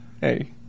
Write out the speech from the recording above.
Hey